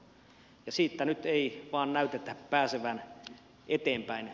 siitä nyt ei vain näytä päästävän eteenpäin